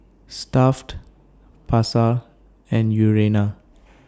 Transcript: Stuff'd Pasar and Urana